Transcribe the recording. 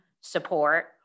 Support